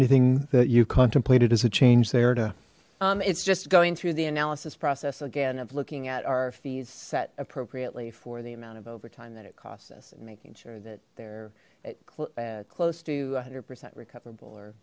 anything that you contemplated as a change there too it's just going through the analysis process again of looking at our fees set appropriately for the amount of overtime that it costs us and making sure that they're at close to a hundred percent recover bull